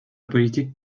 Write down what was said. politique